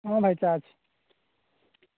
ହଁ ଭାଇ ଚାହା ଅଛି